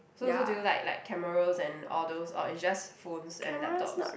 so so do you like like cameras and all those or is just phones and laptops